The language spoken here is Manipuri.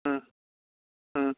ꯎꯝ ꯎꯝ